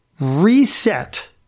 reset